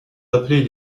appelés